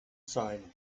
zeigen